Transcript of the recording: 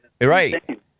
right